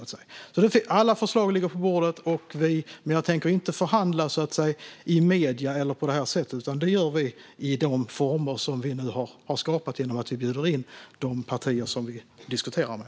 Alla förslag ligger på bordet, men jag tänker inte förhandla i medierna eller på det här sättet. Det gör vi i de former som vi nu har skapat genom att bjuda in de partier som vi diskuterar med.